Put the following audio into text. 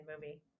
movie